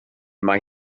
mai